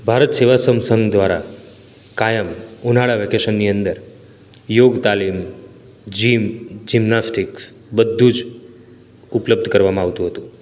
ભારત સેવા સંત સંઘ દ્વારા કાયમ ઉનાળા વેકેશનની અંદર યોગ તાલીમ જીમ જીમનાસ્ટિક્સ બધું જ ઉપલબ્ધ કરવામાં આવતું હતું